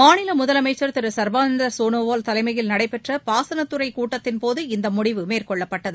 மாநில முதலமைச்சர் திரு சர்பானந்த சோனாவால் தலைமையில் நடைபெற்ற பாசனத்துறை கூட்டத்தின்போது இம்முடிவு மேற்கொள்ளப்பட்டது